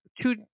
two